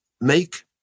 make